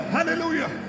Hallelujah